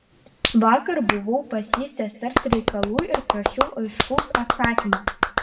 vakar buvau pas jį sesers reikalu ir prašiau aiškaus atsakymo